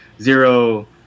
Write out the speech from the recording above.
zero